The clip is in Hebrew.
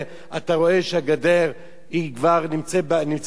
אתה רואה שהגדר כבר נמצאת בתהליך,